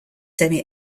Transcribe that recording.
semi